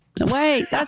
Wait